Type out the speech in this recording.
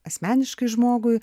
asmeniškai žmogui